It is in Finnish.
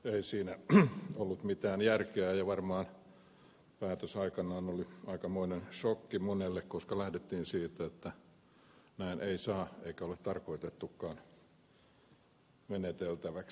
ei siinä ollut mitään järkeä ja varmaan päätös aikanaan oli aikamoinen sokki monelle koska lähdettiin siitä että näin ei saa menetellä eikä ole tarkoitettukaan meneteltäväksi